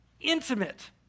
intimate